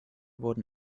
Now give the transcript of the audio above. wurden